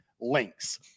links